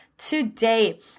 Today